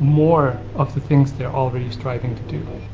more of the things they're already striving to do.